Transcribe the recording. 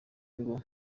ngo